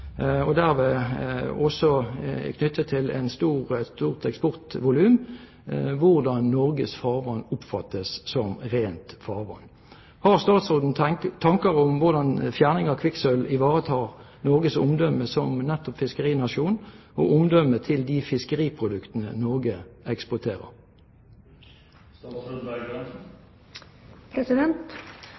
og er derved også knyttet til et stort eksportvolum, hvordan Norges farvann oppfattes som rent farvann. Har statsråden tanker om hvordan fjerning av kvikksølv ivaretar Norges omdømme som nettopp fiskerinasjon og omdømmet til de fiskeriproduktene Norge eksporterer?